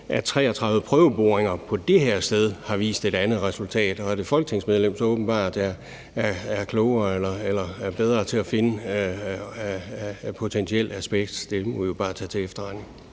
at 33 prøveboringer på det her sted har vist et andet resultat. At et folketingsmedlem så åbenbart er klogere eller bedre til at finde potentiel asbest, må vi jo bare tage til efterretning.